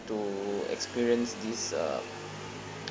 to experience this uh